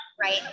right